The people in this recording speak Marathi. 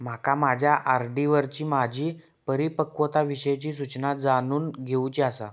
माका माझ्या आर.डी वरची माझी परिपक्वता विषयची सूचना जाणून घेवुची आसा